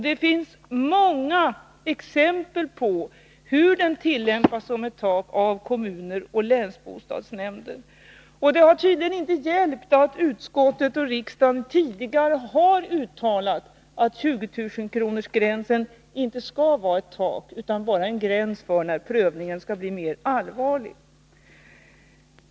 Det finns många exempel på att den tillämpas som ett tak av kommuner och länsbostadsnämnder. Det har tydligen inte hjälpt att utskottet och riksdagen tidigare har uttalat att 20 000-kronorsgränsen inte skall vara ett tak utan bara en gräns för när prövningen skall bli mer allvarlig.